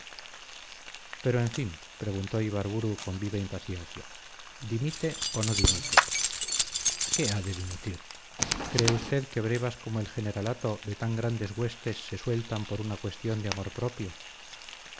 pero en fin preguntó ibarburu con viva impaciencia dimite o no dimite qué ha de dimitir cree usted que brevas como el generalato de tan grandes huestes se sueltan por una cuestión de amor propio